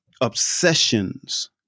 obsessions